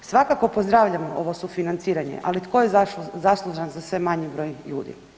Svakako pozdravljam ovo sufinanciranje, ali tko je zaslužan za sve manji broj ljudi?